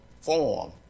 form